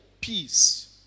peace